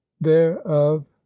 thereof